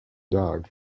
dog